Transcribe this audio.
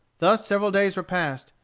thus several days were passed,